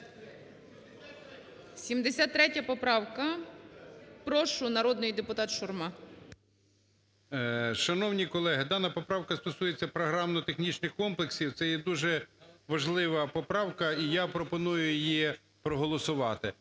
73 поправка. Прошу, народний депутат Шурма. 12:50:05 ШУРМА І.М. Шановні колеги, дана поправка стосується програмно-технічних комплексів, це є дуже важлива поправка, і я пропоную її проголосувати.